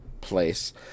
place